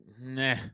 nah